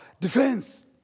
defense